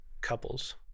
couples